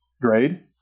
grade